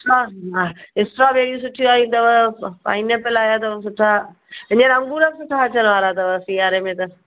हा हा स्ट्रॉबेरी सुठी आहियूं अथव पाइन एप्पल आहियां अथव सुठा हीअंर अंगूर बि सुठा अचणु वारा अथव सियारे में त